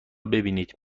ببینید